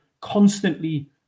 constantly